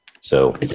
So-